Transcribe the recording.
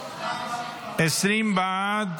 20 בעד,